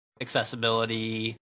accessibility